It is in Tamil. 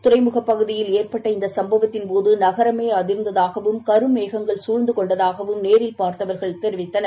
துறைமுகப் பகுதியில் ஏற்பட்ட இந்தசம்பவத்தின்போதுநகரமேஅதிர்ந்ததாகவும் கரும் மேகங்கள் சூழ்ந்துணெண்டாகவும் நேரில் பார்த்தவர்கள் தெரிவித்தனர்